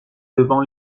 devant